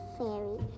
fairy